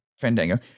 Fandango